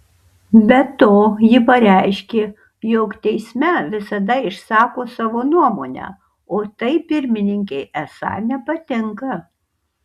be to ji pareiškė jog teisme visada išsako savo nuomonę o tai pirmininkei esą nepatinka